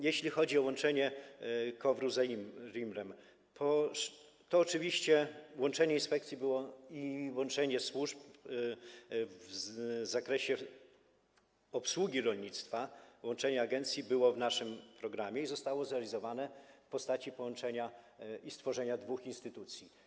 Jeśli chodzi o łączenie KOWR-u z ARiMR-em, to oczywiście łączenie inspekcji, łączenie służb w zakresie obsługi rolnictwa, łączenie agencji było w naszym programie i zostało zrealizowane w postaci połączenia i stworzenia dwóch instytucji.